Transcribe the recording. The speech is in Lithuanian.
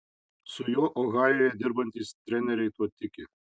su juo ohajuje dirbantys treneriai tuo tiki